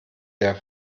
der